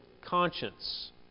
conscience